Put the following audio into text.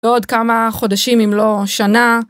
בעוד כמה חודשים אם לא שנה.